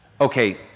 Okay